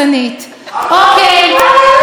זה בדיוק אותו דבר,